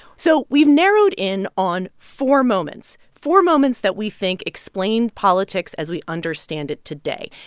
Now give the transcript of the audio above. so we've narrowed in on four moments four moments that we think explain politics as we understand it today.